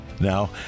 Now